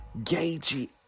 Gagey